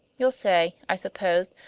you'll say, i suppose,